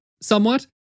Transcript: somewhat